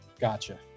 Gotcha